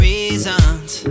Reasons